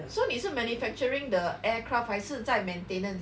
so 你是 manufacturing the aircraft 还是在 maintenance